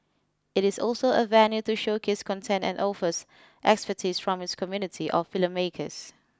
it is also a venue to showcase content and offers expertise from its community of filmmakers